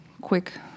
quick